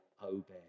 Obed